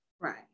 right